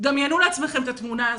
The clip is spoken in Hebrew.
דמיינו לעצמכם את התמונה הזאת.